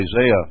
Isaiah